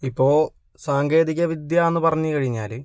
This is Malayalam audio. ഇപ്പോൾ സാങ്കേതികവിദ്യ എന്നു പറഞ്ഞു കഴിഞ്ഞാൽ